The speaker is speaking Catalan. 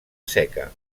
seca